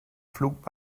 pflug